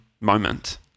moment